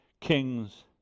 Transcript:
kings